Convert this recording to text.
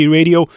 Radio